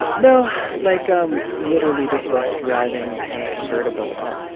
no. like, um literally just, like, driving in a convertible at,